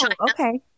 Okay